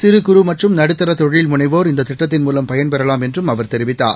சிறு குறு மற்றும் நடுத்தர தொழில் முளைவோர் இந்த திட்டத்தின்மூலம் பயன்பெறலாம் என்றும் அவர் தெரிவிக்கார்